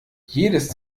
jedes